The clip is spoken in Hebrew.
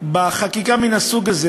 בחקיקה מן הסוג הזה